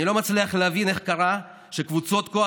אני לא מצליח להבין איך קרה שקבוצות כוח